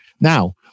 Now